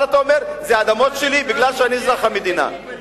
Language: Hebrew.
אבל אתה אומר: זה אדמות שלי מפני שאני אזרח המדינה.